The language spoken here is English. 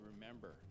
remember